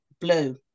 blue